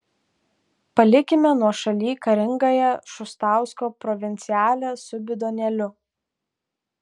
palikime nuošaly karingąją šustausko provincialę su bidonėliu